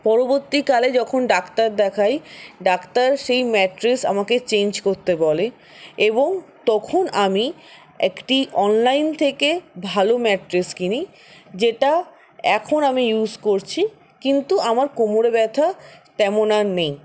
পরবর্তীকালে যখন ডাক্তার দেখাই ডাক্তার সেই ম্যাট্রেস আমাকে চেঞ্জ করতে বলে এবং তখন আমি একটি অনলাইন থেকে ভালো ম্যাট্রেস কিনি যেটা এখন আমি ইউজ করছি কিন্তু আমার কোমরে ব্যথা তেমন আর নেই